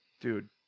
Dude